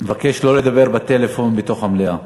אני מבקש לא לדבר בטלפון במליאה.